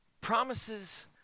Promises